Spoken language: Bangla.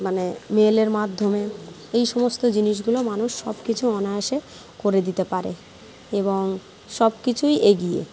মানে মেলের মাধ্যমে এই সমস্ত জিনিসগুলো মানুষ সব কিছু অনায়াসে করে দিতে পারে এবং সব কিছুই এগিয়ে